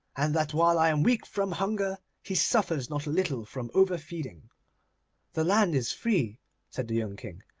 and that while i am weak from hunger he suffers not a little from overfeeding the land is free said the young king,